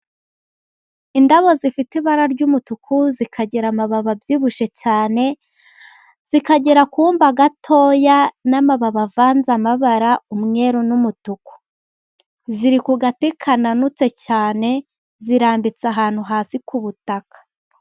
Indabo zifite ibara ry'umutuku, zikagira amababi abyibushye cyane, zikagira akumba gatoya n'amababi avanze amabara, umweru n'umutuku. Ziri ku gati kananutse cyane, zirambitse ahantu hasi ku butaka.